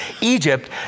Egypt